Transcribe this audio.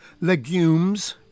Legumes